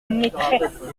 maîtresses